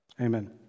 amen